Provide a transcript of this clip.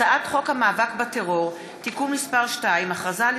הצעת חוק המאבק בטרור (תיקון מס' 2) (הכרזה על